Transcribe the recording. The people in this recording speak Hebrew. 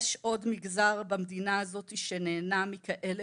יש עוד מגזר במדינה הזו שנהנה מכאלה